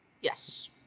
Yes